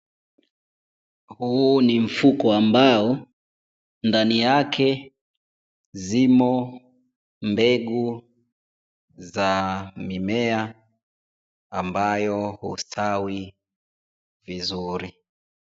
Huu ni mfuko ambao, ndani yake zimo mbegu za mimea, ambayo hustawi vizuri.